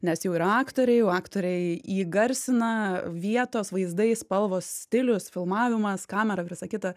nes jau yra aktoriai jau aktoriai įgarsina vietos vaizdai spalvos stilius filmavimas kamera ir visa kita